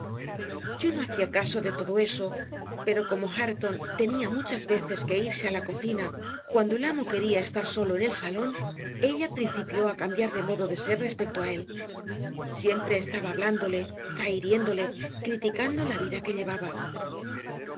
yo no hacía caso de todo eso pero como hareton tenía muchas veces que irse a la cocina cuando el amo quería estar solo en el salón ella principió a cambiar de modo de ser respecto a él siempre estaba hablándole zahiriéndole criticando la vida que llevaba